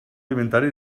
alimentari